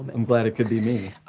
and um glad it could be me.